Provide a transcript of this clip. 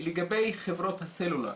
לגבי חברות הסלולר,